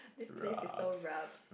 this place is called rubs